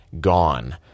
gone